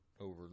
Over